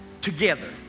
together